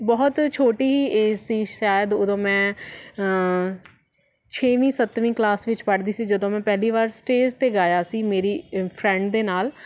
ਬਹੁਤ ਛੋਟੀ ਏਜ ਸੀ ਸ਼ਾਇਦ ਉਦੋਂ ਮੈਂ ਛੇਵੀਂ ਸੱਤਵੀਂ ਕਲਾਸ ਵਿੱਚ ਪੜ੍ਹਦੀ ਸੀ ਜਦੋਂ ਮੈਂ ਪਹਿਲੀ ਵਾਰ ਸਟੇਜ 'ਤੇ ਗਾਇਆ ਸੀ ਮੇਰੀ ਫਰੈਂਡ ਦੇ ਨਾਲ